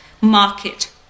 market